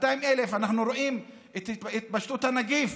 אנחנו רואים את התפשטות הנגיף.